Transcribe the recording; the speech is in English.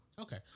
Okay